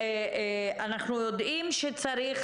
אנחנו יודעים שצריך